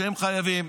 שהם חייבים,